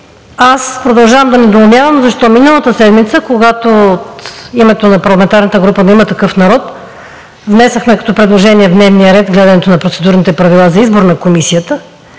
аз продължавам да недоумявам защо миналата седмица, когато от името на парламентарната група на „Има такъв народ“ внесохме като предложение в дневния ред разглеждането на Процедурните правила за избор на Комисията,